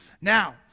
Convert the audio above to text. Now